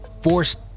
forced